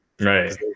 right